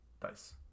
dice